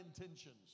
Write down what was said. intentions